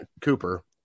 Cooper